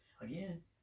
again